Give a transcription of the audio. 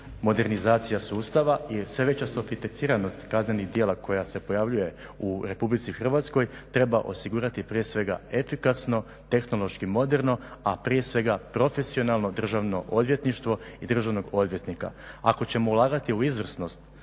modernizacija sustava i … kaznenih djela koja se pojavljuje u RH, treba osigurati prije svega efikasno, tehnološki moderno, a prije svega profesionalno Državno odvjetništvo i državnog odvjetnika. Ako ćemo ulagati u izvrsnost,